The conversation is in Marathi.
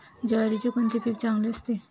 ज्वारीचे कोणते बी चांगले असते?